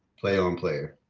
play on player,